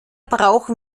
brauchen